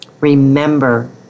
remember